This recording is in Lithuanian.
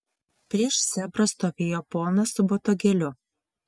prieš zebrą stovėjo ponas su botagėliu